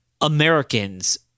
Americans